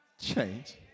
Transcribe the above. change